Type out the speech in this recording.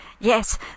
Yes